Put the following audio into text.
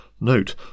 Note